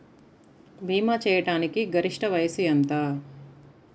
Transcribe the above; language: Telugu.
భీమా చేయాటానికి గరిష్ట వయస్సు ఎంత?